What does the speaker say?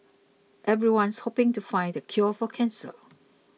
everyone's hoping to find the cure for cancer